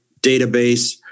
database